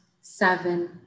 seven